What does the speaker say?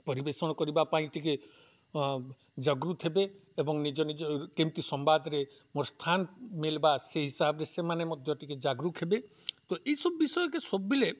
ପରିବେଷଣ କରିବା ପାଇଁ ଟିକେ ଜାଗୃତ ହେବେ ଏବଂ ନିଜ ନିଜ କେମିତି ସମ୍ବାଦରେ ମୋ ସ୍ଥାନ ମିଲବା ସେଇ ହିସାବରେ ସେମାନେ ମଧ୍ୟ ଟିକେ ଜାଗୃତ ହେବେ ତ ଏହିସବୁ ବିଷୟକେ ସବୁବେଲେ